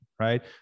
right